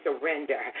surrender